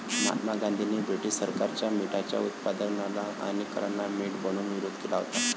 महात्मा गांधींनी ब्रिटीश सरकारच्या मिठाच्या उत्पादनाला आणि करांना मीठ बनवून विरोध केला होता